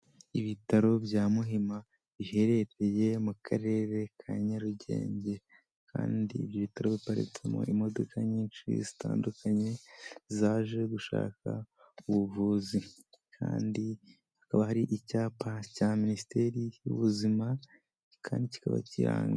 Ibitaro bya Muhima biherereye mu Karere ka Nyarugenge kandi ibyo bitaro biparitsemo imodoka nyinshi zitandukanye zaje gushaka ubuvuzi, kandi hakaba hari icyapa cya minisiteri y'ubuzima kandi kikaba kiri ahantu.